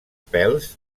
pèls